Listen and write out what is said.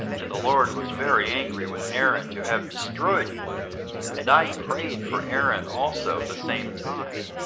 and the lord was very angry with aaron to have destroyed him and i prayed for aaron also the same time.